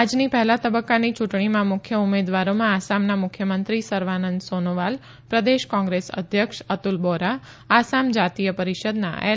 આજની પહેલા તબકકાની ચુંટણીમાં મુખ્ય ઉમેદવારોમાં આસામના મુખ્યમંત્રી સર્વાનંદ સોનોવાલ પ્રદેશ કોંગ્રેસ અધ્યક્ષ અતુલ બોરા આસામ જાતીય પરીષદના એલ